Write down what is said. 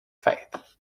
faith